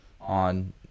on